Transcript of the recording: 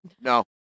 No